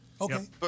Okay